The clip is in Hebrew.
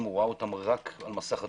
ראה אותם רק על מסך הטלוויזיה.